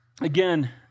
Again